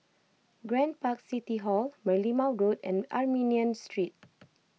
Grand Park City Hall Merlimau Road and Armenian Street